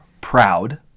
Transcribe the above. proud